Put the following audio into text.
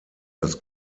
das